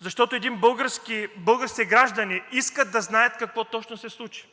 защото българските граждани искат да знаят какво точно се случи.